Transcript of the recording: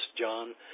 John